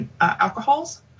alcohols